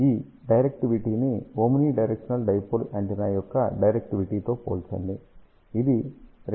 ఈ డైరెక్టివిటీని omnidirectional dipole antenna యొక్క డైరెక్టివిటీతో పోల్చండి ఇది 2